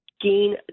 gain